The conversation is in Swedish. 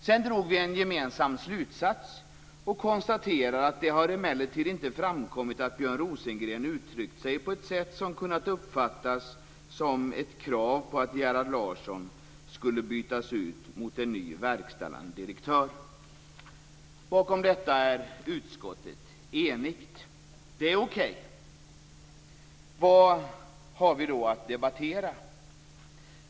Sedan drog vi en gemensam slutsats och konstaterade: "Det har emellertid inte framkommit att Björn Rosengren uttryckt sig på ett sätt som kunnat uppfattas som ett krav på att Gerhard Larsson skulle bytas ut mot en ny verkställande direktör." Bakom detta är utskottet enigt. Det är okej. Vad har vi då att debattera?